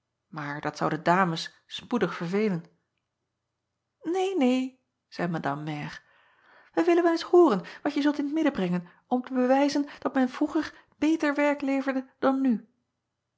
maar dat zou de ames spoedig verveelen een neen zeî madame mère wij willen wel eens hooren wat je zult in t midden brengen om te bewijzen dat men vroeger beter werk leverde dan nu